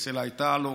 אלא הייתה לו,